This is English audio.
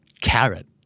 Carrot